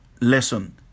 lesson